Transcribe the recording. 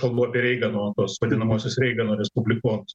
kalbu apie reigano tuos vadinamuosius reigano respublikonus